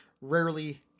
Rarely